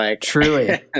Truly